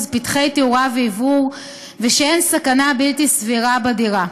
ופתחי תאורה ואוורור ושאין סכנה בלתי סבירה בדירה.